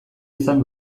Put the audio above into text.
izan